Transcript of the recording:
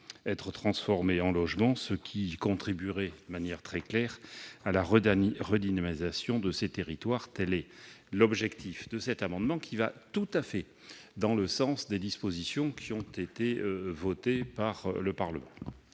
être transformés en logements, ce qui contribuerait de manière très forte à la redynamisation de ces territoires. Tel est l'objectif de cet amendement, qui va tout à fait dans le sens des dispositions votées par le Parlement.